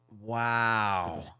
Wow